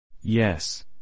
Yes